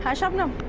yeah shabnam